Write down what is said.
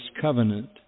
covenant